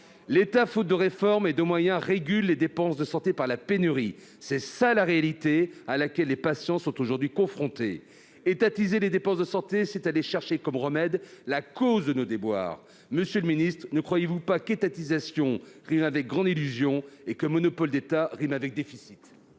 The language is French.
! Faute de réformes et de moyens, l'État régule les dépenses de santé par la pénurie ; c'est cela la réalité à laquelle les patients sont aujourd'hui confrontés. Étatiser les dépenses de santé, c'est aller chercher comme remède la cause même de nos déboires. Monsieur le ministre, ne croyez-vous pas qu'étatisation rime avec grande illusion, et monopole d'État avec déficit ?